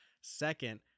Second